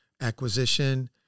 acquisition